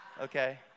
Okay